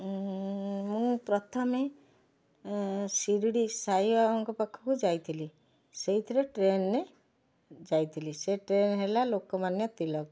ମୁଁ ମୁଁ ପ୍ରଥମେ ଶିରିଡ଼ି ସାଇ ବାବାଙ୍କ ପାଖକୁ ଯାଇଥିଲି ସେଇଥିରେ ଟ୍ରେନ୍ ରେ ଯାଇଥିଲି ସେ ଟ୍ରେନ୍ ହେଲା ଲୋକମାନ୍ୟତିଲକ